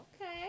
Okay